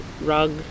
rug